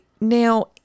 Now